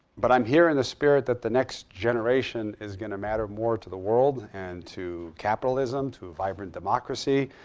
but i'm here in the spirit that the next generation is going to matter more to the world and to capitalism, to a vibrant democracy,